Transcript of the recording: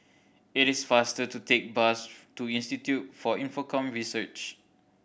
it is faster to take bus to Institute for Infocomm Research